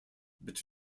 but